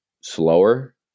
slower